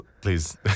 please